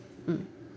mm